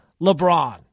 LeBron